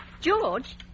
george